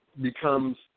becomes